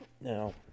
Now